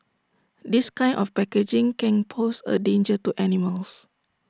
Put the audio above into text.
this kind of packaging can pose A danger to animals